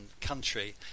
country